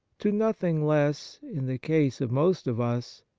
to nothing less, in the case of most of us,